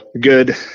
good